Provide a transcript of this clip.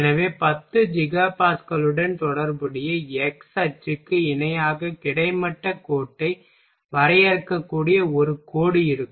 எனவே 10 ஜிகா பாஸ்கலுடன் தொடர்புடைய x அச்சுக்கு இணையாக கிடைமட்ட கோட்டை வரையக்கூடிய ஒரு கோடு இருக்கும்